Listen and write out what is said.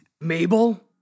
Mabel